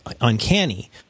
uncanny